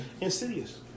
insidious